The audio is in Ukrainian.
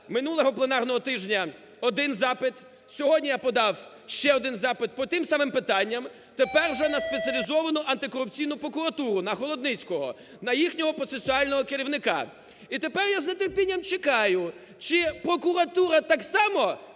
минулого пленарного тижня один запит, сьогодні я подав ще один запит по тим самим питанням тепер уже на Спеціалізовану антикорупційну прокуратуру, на Холодницького, на їхнього процесуального керівника. І тепер я з нетерпінням чекаю, чи прокуратура так само